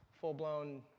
full-blown